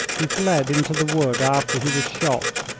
he fled into the wood after he was shot,